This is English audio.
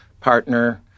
partner